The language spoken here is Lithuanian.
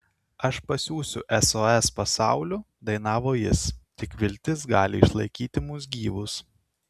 aš pasiųsiu sos pasauliu dainavo jis tik viltis gali išlaikyti mus gyvus